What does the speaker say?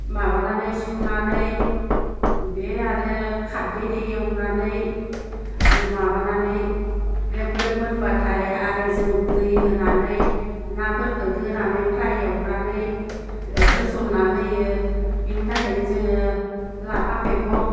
माबानानै सुनानै बे आरो खारदैजों एवनानै माबानानै ग्लोब ग्लोब मोनब्लाथाय आरो जों दै होनानै नाफोरखो गोरानै फ्राय एवनानै होस'नना होयो बिनि थाखायनो जोङो लाफा मैगं